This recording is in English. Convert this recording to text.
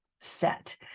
set